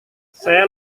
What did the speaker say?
saya